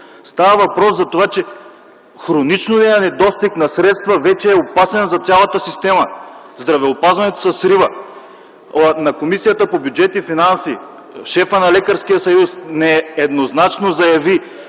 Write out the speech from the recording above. Става въпрос за това, че хроничният недостиг на средства вече е опасен за цялата система. Здравеопазването се срива! На Комисията по бюджет и финанси шефът на Лекарския съюз нееднозначно заяви,